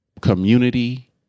community